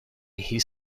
his